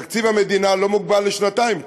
תקציב המדינה לא מוגבל לשנתיים,